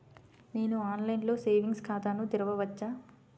నేను ఆన్లైన్లో సేవింగ్స్ ఖాతాను తెరవవచ్చా?